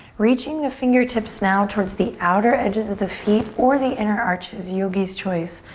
reaching the fingertips now towards the outer edges of the feet or the inner arches, yogi's choice.